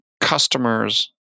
customers